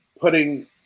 putting